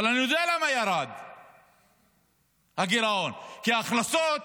אבל אני יודע למה ירד הגירעון, כי ההכנסות